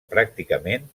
pràcticament